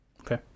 Okay